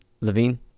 Levine